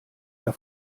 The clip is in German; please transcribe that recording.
der